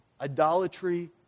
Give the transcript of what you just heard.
idolatry